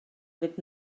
fynd